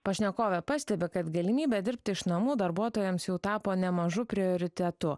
pašnekovė pastebi kad galimybė dirbti iš namų darbuotojams jau tapo nemažu prioritetu